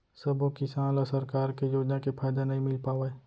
सबो किसान ल सरकार के योजना के फायदा नइ मिल पावय